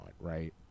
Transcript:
right